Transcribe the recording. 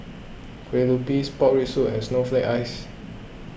Kue Lupis Pork Rib Soup and Snowflake Ice